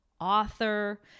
author